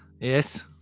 Yes